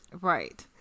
right